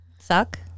Suck